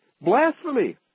blasphemy